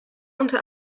unter